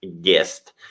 guest